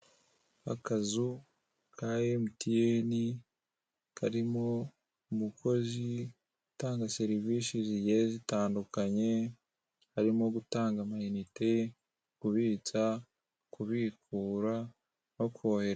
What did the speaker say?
Akazu ka MTN karimo umukozi utanga serivisi zigiye zitandukanye harimo gutanga amayinite, kubitsa, kubikura no kohereza.